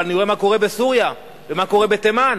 אבל אני רואה מה קורה בסוריה ומה קורה בתימן,